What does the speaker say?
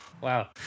wow